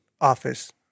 office